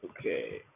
Okay